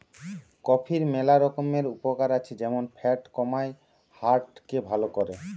কফির ম্যালা রকমের উপকার আছে যেমন ফ্যাট কমায়, হার্ট কে ভাল করে